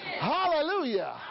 Hallelujah